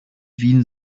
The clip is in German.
wien